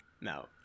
No